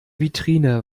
vitrine